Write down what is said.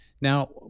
Now